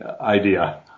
idea